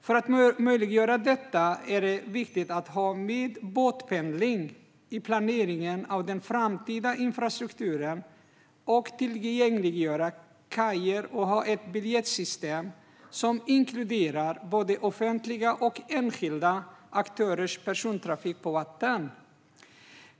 För att möjliggöra detta är det viktigt att ha med båtpendling i planeringen av den framtida infrastrukturen, att tillgängliggöra kajer och att ha ett biljettsystem som inkluderar både offentliga och enskilda aktörers persontrafik på vatten.